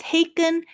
Taken